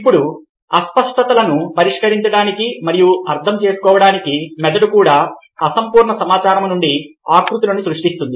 ఇప్పుడు అస్పష్టతలను పరిష్కరించడానికి మరియు అర్థం చేసుకోవడానికి మెదడు కూడా అసంపూర్ణ సమాచారం నుండి ఆకృతులను సృష్టిస్తుంది